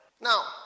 Now